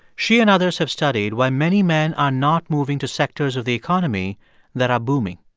she and others have studied why many men are not moving to sectors of the economy that are booming.